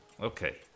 okay